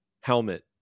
helmet